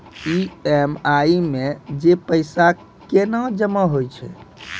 EMI मे जे पैसा केना जमा होय छै?